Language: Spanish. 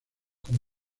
con